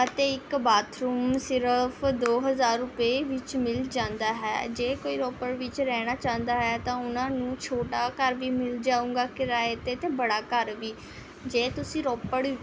ਅਤੇ ਇੱਕ ਬਾਥਰੂਮ ਸਿਰਫ ਦੋ ਹਜ਼ਾਰ ਰੁਪਏ ਵਿੱਚ ਮਿਲ ਜਾਂਦਾ ਹੈ ਜੇ ਕੋਈ ਰੋਪੜ ਵਿੱਚ ਰਹਿਣਾ ਚਾਹੁੰਦਾ ਹੈ ਤਾਂ ਉਨ੍ਹਾਂ ਨੂੰ ਛੋਟਾ ਘਰ ਵੀ ਮਿਲ ਜਾਊਗਾ ਕਿਰਾਏ 'ਤੇ ਅਤੇ ਬੜਾ ਘਰ ਵੀ ਜੇ ਤੁਸੀਂ ਰੋਪੜ